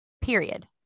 Period